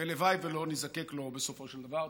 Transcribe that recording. ולוואי ולא נזדקק לו בסופו של דבר.